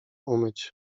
umyć